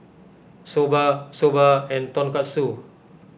Soba Soba and Tonkatsu